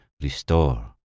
restore